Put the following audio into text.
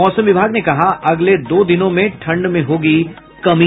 मौसम विभाग ने कहा अगले दो दिनों में ठंड में होगी कमी